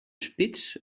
spits